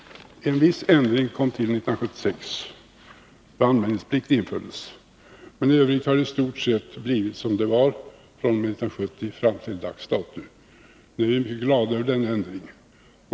En viss ändring kom till 1976, då anmälningsplikt infördes, men i övrigt har det i stort sett blivit så som det var fr.o.m. 1970 fram till dags dato. Vi är mycket glada över den ändring som nu är aktuell.